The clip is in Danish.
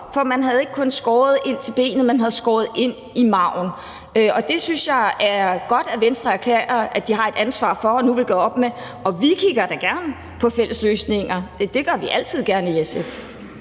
for man havde ikke kun skåret ind til benet; man havde skåret ind i marven. Det synes jeg er godt at Venstre erklærer at de har et ansvar for og nu vil gøre op med, og vi kigger da gerne på fælles løsninger. Det gør vi altid gerne i SF.